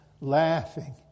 laughing